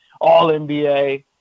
all-NBA